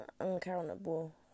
uncountable